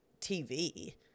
TV